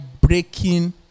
breaking